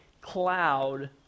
cloud